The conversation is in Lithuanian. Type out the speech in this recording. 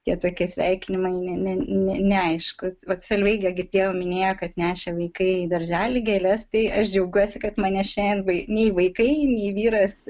tie tokie sveikinimai ne ne neaišku vat solveiga girdėjau minėjo kad nešė vaikai į darželį gėles tai aš džiaugiuosi kad manęs šiandien nei vaikai nei vyras